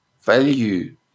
value